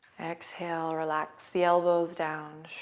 exhale. relax the elbows down.